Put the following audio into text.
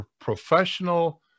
professional